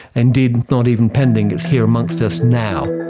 indeed, not even pending, it's here amongst us now.